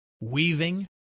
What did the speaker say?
weaving